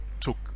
took